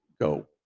go